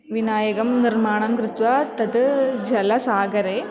विनायकं निर्माणं कृत्वा तत् जलसागरे